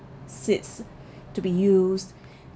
seeds to be used